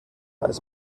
als